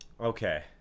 okay